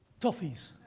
Toffees